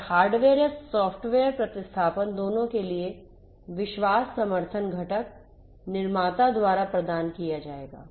और हार्डवेयर या सॉफ़्टवेयर प्रतिस्थापन दोनों के लिए विश्वास समर्थन घटक निर्माता द्वारा प्रदान किया जाएगा